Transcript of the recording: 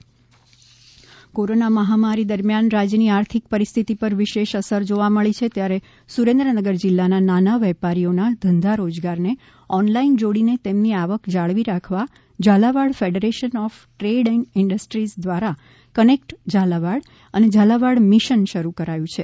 connect Jhalawad corona મહામારી દરમ્યાન રાજ્યની આર્થિક પરિસ્થિતિ પર વિશેષ અસર જોવા મળી છે ત્યારે સુરેન્દ્રનગર જિલ્લામાં નાના વેપારીઓના ધંધા રોજગારને ઓનલાઇન જોડીને તેમની આવક જાળવી રાખવા Jhalawad federation of trade and industries દ્વારા કનેક્ટ ઝાલાવાડ અને ઝાલાવાડ મિશન શરૂ કરાયું છે